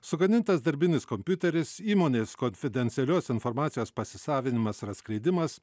sugadintas darbinis kompiuteris įmonės konfidencialios informacijos pasisavinimas ar atskleidimas